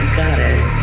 goddess